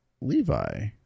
Levi